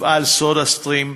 מפעל "סודה-סטרים",